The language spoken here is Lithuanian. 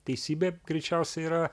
teisybė greičiausiai yra